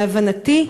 להבנתי,